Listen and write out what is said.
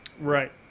Right